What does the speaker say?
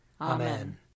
Amen